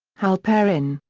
halperin,